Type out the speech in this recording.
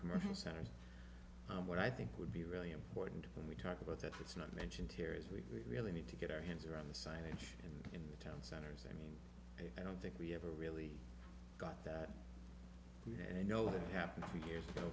commercial centers and what i think would be really important when we talk about that it's not mentioned here is we really need to get our hands around the signage in the town centers i mean i don't think we ever really got that you know that happened three years ago